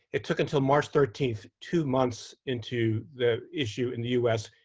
it took until march thirteen, two months into the issue in the us,